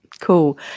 Cool